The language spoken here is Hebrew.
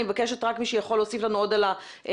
אני מבקשת רק מי שיכול להוסיף לנו עוד על הנושא.